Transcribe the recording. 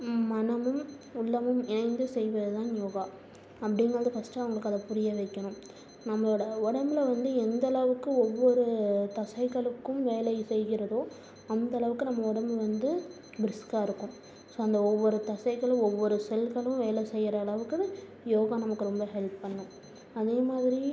மனமும் உள்ளமும் இணைந்து செய்வது தான் யோகா அப்படிங்கிறதை ஃபர்ஸ்ட்டு அவங்களுக்கு அதை புரிய வைக்கணும் நம்மளோட உடம்புல வந்து எந்தளவுக்கு ஒவ்வொரு தசைகளுக்கும் வேலை செய்கிறதோ அந்தளவுக்கு நம்ம உடம்பு வந்து ப்ரிஸ்க்காக இருக்கும் ஸோ அந்த ஒவ்வொரு தசைகளும் ஒவ்வொரு செல்களும் வேலை செய்யிற அளவுக்குன்னு யோகா நமக்கு ரொம்ப ஹெல்ப் பண்ணும் அதே மாதிரி